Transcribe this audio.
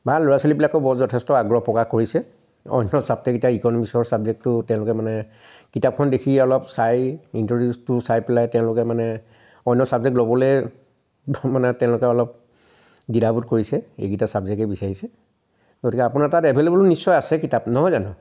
বা ল'ৰা ছোৱালীবিলাকৰ বৰ যথেষ্ট আগ্ৰহ প্ৰকাশ কৰিছে অন্য চাব্জেক্ট এতিয়া ইকনমিক্সৰ চাব্জেক্টটো তেওঁলোকে মানে কিতাপখন দেখি অলপ চাই ইণ্ট্র'ডিউচটো চাই পেলাই তেওঁলোকে মানে অন্য চাব্জেক্ট ল'বলৈ মানে তেওঁলোকে অলপ দিধাবোধ কৰিছে এইকেইটা চাব্জেক্টেই বিছাৰিছে গতিকে আপোনাৰ তাত এভেইলেবল নিশ্চয় আছে কিতাপ নহয় জানো